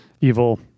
evil